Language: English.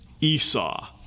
Esau